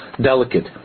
delicate